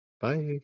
Bye